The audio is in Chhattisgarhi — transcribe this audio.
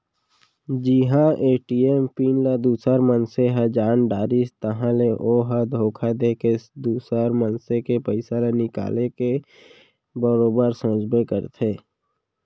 जिहां ए.टी.एम पिन ल दूसर मनसे ह जान डारिस ताहाँले ओ ह धोखा देके दुसर मनसे के पइसा ल निकाल के बरोबर सोचबे करथे